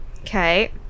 Okay